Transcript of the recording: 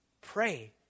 Pray